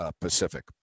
Pacific